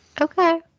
Okay